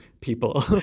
people